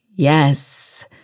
Yes